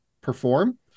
perform